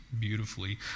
Beautifully